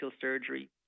surgery